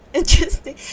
Interesting